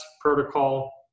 protocol